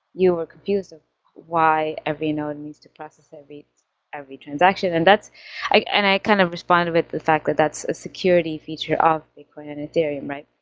you were confused of why every node needs to process every every transaction. and i and i kind of responded with the fact that that's a security feature of bitcoin and ethereum, right?